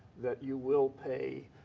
that you will pay.